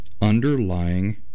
underlying